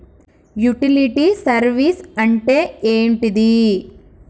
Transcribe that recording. Utility service అంటే ఏంటిది?